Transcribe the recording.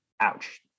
ouch